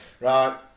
right